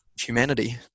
humanity